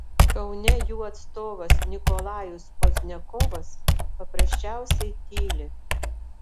kaune jų atstovas nikolajus pozdniakovas paprasčiausiai tyli